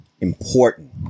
important